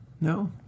No